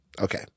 Okay